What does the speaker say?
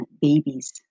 babies